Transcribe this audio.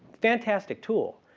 fantastic tool.